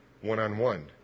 one-on-one